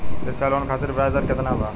शिक्षा लोन खातिर ब्याज दर केतना बा?